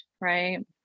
Right